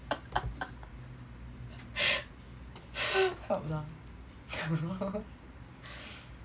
help lah